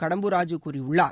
கடம்பூர் ராஜு கூறியுள்ளார்